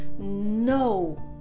no